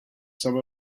some